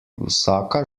vsaka